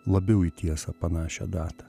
labiau į tiesą panašią datą